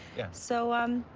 yeah. so, um